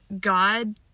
God